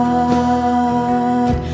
God